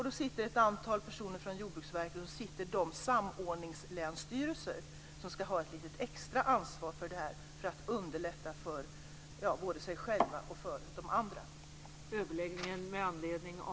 Där sitter ett antal personer från Jordbruksverket och från de samordningslänsstyrelser som ska ha ett litet extra ansvar för samrådet för att underlätta för både sig själva och de andra.